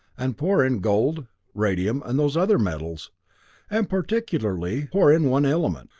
and poor in gold, radium and those other metals and particularly poor in one element.